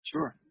Sure